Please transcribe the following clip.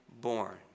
born